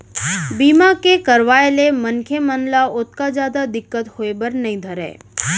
बीमा के करवाय ले मनखे मन ल ओतका जादा दिक्कत होय बर नइ धरय